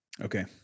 okay